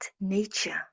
nature